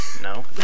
No